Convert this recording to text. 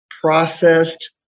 processed